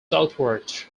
southward